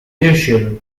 usual